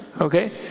Okay